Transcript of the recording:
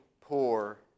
poor